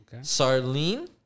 Sarlene